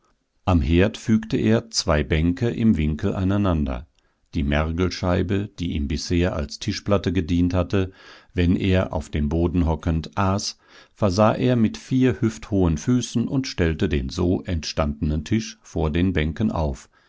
am herd fügte er zwei bänke im winkel aneinander die mergelscheibe die ihm bisher als tischplatte gedient hatte wenn er auf dem boden hockend aß versah er mit vier hüfthohen füßen und stellte den so entstandenen tisch vor den bänken auf